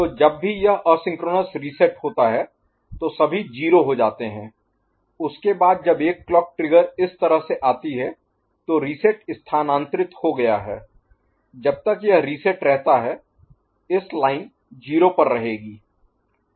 तो जब भी यह असिंक्रोनस रीसेट होता है तो सभी 0 हो जाते हैं उसके बाद जब एक क्लॉक ट्रिगर इस तरह से आती है तो रीसेट स्थानांतरित हो गया है जब तक यह रीसेट रहता है यह लाइन 0 पर रहेगी